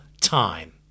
time